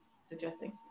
suggesting